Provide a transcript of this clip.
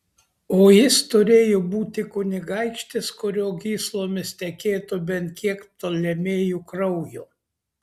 o jis turėjo būti kunigaikštis kurio gyslomis tekėtų bent kiek ptolemėjų kraujo